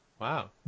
Wow